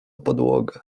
podłogę